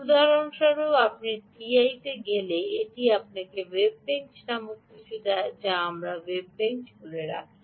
উদাহরণস্বরূপ আপনি টিআইতে গেলে এটি আপনাকে ওয়েবেঞ্চ নামক কিছু দেয় যা আমাকে ওয়েবেঞ্চে রাখি